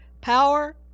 power